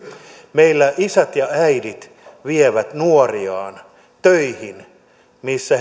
meillä isät ja äidit vievät nuoriaan töihin missä